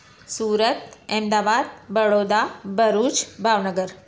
Surat Ahmedabad Baroda Bharuch Bhavnagar